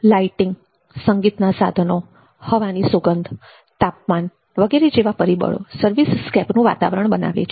lighting સંગીતના સાધનો હવાની સુગંધ તાપમાન વગેરે જેવા પરિબળો સર્વિસસ્કેપનું વાતાવરણ બનાવે છે